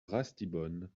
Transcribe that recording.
ratisbonne